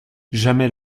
jamais